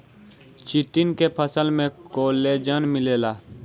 chitin के फसल में कोलेजन मिलेला